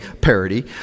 parody